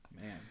Man